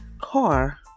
car